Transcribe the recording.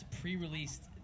pre-released